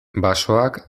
basoak